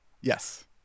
Yes